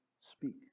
speak